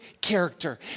character